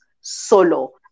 solo